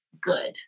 good